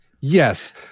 Yes